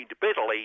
bitterly